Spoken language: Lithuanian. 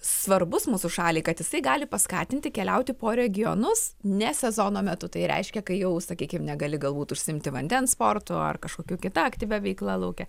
svarbus mūsų šaliai kad jisai gali paskatinti keliauti po regionus ne sezono metu tai reiškia kai jau sakykime negali galbūt užsiimti vandens sportu ar kažkokiu kita aktyvia veikla lauke